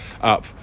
up